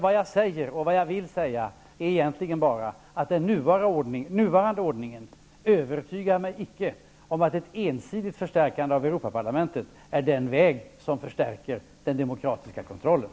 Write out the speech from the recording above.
Vad jag vill ha sagt är egentligen bara att nuvarande ordning icke övertygar mig om att ett ensidigt förstärkande av Europaparlamentet också innebär ett förstärkande av den demokratiska kontrollen.